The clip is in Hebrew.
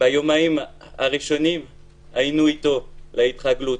ביומיים הראשונים היינו איתו לצורך הסתגלות.